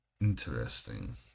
Interesting